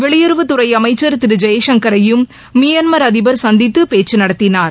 வெளியுறவுத்துறைஅமைச்சர் திருஜெயசங்கரையும் மியான்மர் அதிபர் சந்தித்துபேச்சுநடத்தினார்